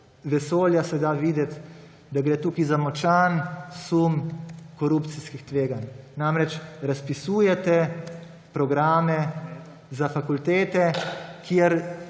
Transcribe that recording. vesolja se da videti, da gre tukaj za močan sum korupcijskih tveganj. Namreč, razpisujete programe za fakultete, kjer